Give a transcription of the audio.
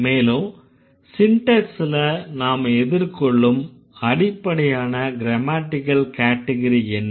மேலும் சிண்டேக்ஸ்ல நாம் எதிர்கொள்ளும் அடிப்படையான க்ரமேட்டிகல் கேட்டகரி என்ன